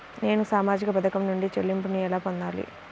నేను సామాజిక పథకం నుండి చెల్లింపును ఎలా పొందాలి?